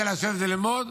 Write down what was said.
שרוצה לשבת וללמוד,